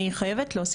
אני חייבת להוסיף,